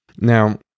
Now